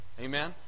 Amen